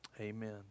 Amen